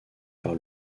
par